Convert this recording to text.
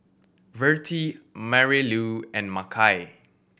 Vertie Marylou and Makai